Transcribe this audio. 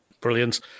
brilliant